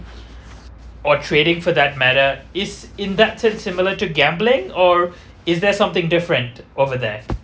or trading for that matter is in that term similar to gambling or is there something different over there